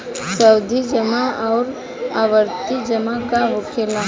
सावधि जमा आउर आवर्ती जमा का होखेला?